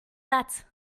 satz